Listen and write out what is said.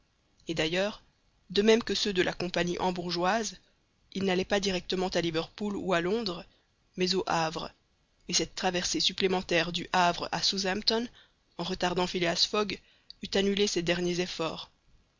et d'ailleurs de même que ceux de la compagnie hambourgeoise il n'allait pas directement à liverpool ou à londres mais au havre et cette traversée supplémentaire du havre à southampton en retardant phileas fogg eût annulé ses derniers efforts